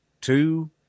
two